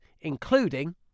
including